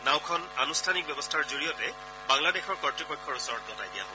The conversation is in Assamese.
নাওখন আনুষ্ঠানিক ব্যৱস্থাৰ জৰিয়তে বাংলাদেশৰ কৰ্তৃপক্ষৰ ওচৰত গতাই দিয়া হব